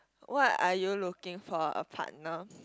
what are you looking for a partner